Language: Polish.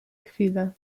chwile